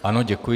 Ano, děkuji.